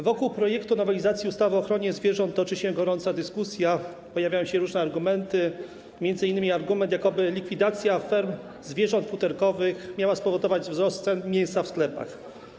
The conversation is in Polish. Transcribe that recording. Wokół projektu nowelizacji ustawy o ochronie zwierząt toczy się gorąca dyskusja, pojawiają się różne argumenty, m.in. argument, jakoby likwidacja ferm zwierząt futerkowych miała spowodować wzrost cen mięsa w sklepach.